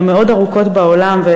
שהן מאוד ארוכות בעולם,